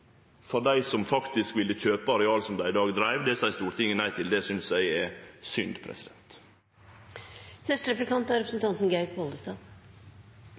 for dei som ville kjøpe areal som dei i dag driv. Det seier Stortinget nei til. Det synest eg er synd.